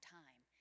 time